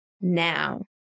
now